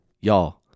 Y'all